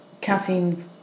caffeine